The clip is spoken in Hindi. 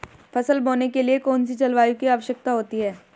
फसल बोने के लिए कौन सी जलवायु की आवश्यकता होती है?